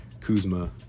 kuzma